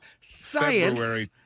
Science